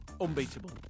unbeatable